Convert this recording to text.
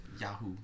Yahoo